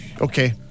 Okay